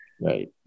right